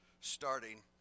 starting